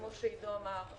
כפי שעידו סופר אמר,